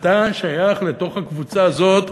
ואתה שייך לקבוצה הזאת.